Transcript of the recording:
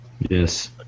Yes